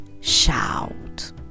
shout